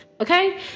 okay